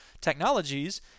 technologies